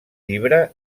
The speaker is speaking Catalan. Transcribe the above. llibre